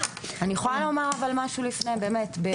אני מבקשת לומר משהו לפני כן.